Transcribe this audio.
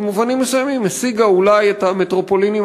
במובנים מסוימים השיגה אולי את המטרופולינים